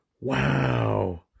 Wow